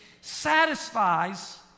satisfies